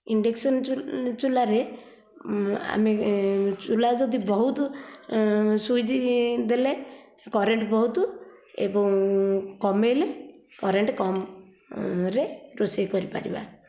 induction ଚୁଲାରେ ଆମେ ଚୁଲା ଯଦି ବହୁତ ସ୍ଵିଚି ଦେଲେ କରେଣ୍ଟ ବହୁତ ଏବଂ କମେଇଲେ କରେଣ୍ଟ କମରେ ରୋଷେଇ କରି ପାରିବା